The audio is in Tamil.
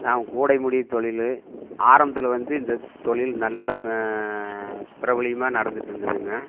நாம் கூடை முடி தொழில் ஆரம்பத்துல வந்து இந்த தொழில் நல்ல பிரபலியமா நடந்துட்டிருந்ததுங்க